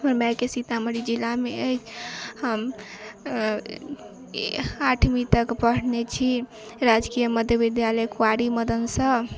हमर मायके सीतामढ़ी जिला मे अछि हम आठवीं तक पढ़ने छी राजकीय मध्य विद्यालय क्वारी मदन सॅं